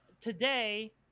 today